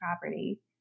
property